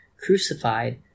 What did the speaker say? crucified